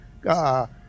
God